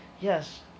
Yes